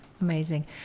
amazing